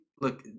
look